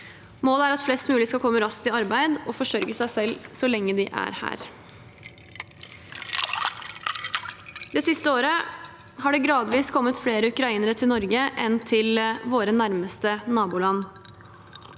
Målet er at flest mulig skal komme raskt i arbeid og forsørge seg selv så lenge de er her. Det siste året har det gradvis kommet flere ukrainere til Norge enn til våre nærmeste naboland.